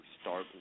start